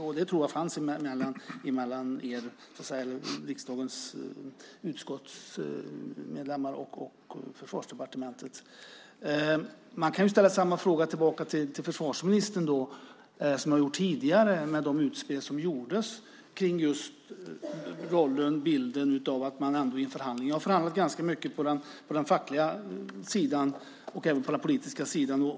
Jag tror att den fanns mellan utskottets medlemmar och Försvarsdepartementet. Jag kan ställa samma fråga till försvarsministern som jag har gjort tidigare i och med utspelen om bilden av förhandlingarna. Jag har förhandlat ganska mycket på den fackliga sidan och även på den politiska sidan.